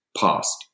Past